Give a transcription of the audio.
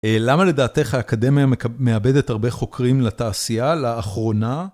למה לדעתך האקדמיה מאבדת הרבה חוקרים לתעשייה, לאחרונה?